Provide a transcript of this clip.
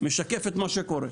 משקף את מה שקורה.